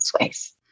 ways